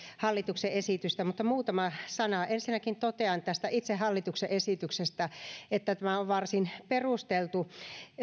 hallituksen esitystä mutta muutama sana ensinnäkin totean tästä itse hallituksen esityksestä että tämä on varsin perusteltu